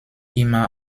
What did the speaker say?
immer